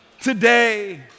today